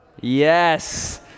Yes